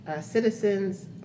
citizens